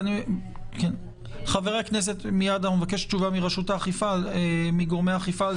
נבקש תשובה מגורמי האכיפה.